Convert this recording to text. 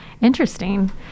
interesting